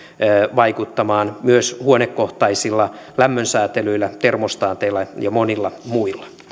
vaikuttamaan myös huonekohtaisilla lämmönsäätelyillä termostaateilla ja monilla muilla